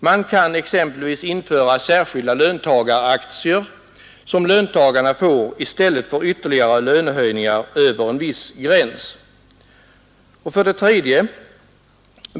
Man kan exempelvis införa särskilda löntagaraktier, som löntagarna får i stället för ytterligare lönehöjningar över en viss gräns.” 3.